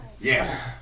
Yes